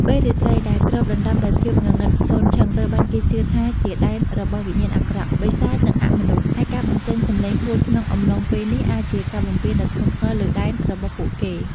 ពេលរាត្រីដែលគ្របដណ្ដប់ដោយភាពងងឹតសូន្យឈឹង ត្រូវបានគេជឿថាជាដែនរបស់វិញ្ញាណអាក្រក់ បិសាច និងអមនុស្ស ហើយការបញ្ចេញសំឡេងហួចក្នុងអំឡុងពេលនេះអាចជាការបំពានដ៏ធ្ងន់ធ្ងរលើដែនរបស់ពួកគេ។